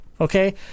Okay